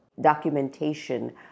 documentation